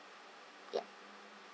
yup